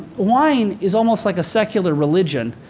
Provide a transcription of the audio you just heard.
wine is almost like a secular religion.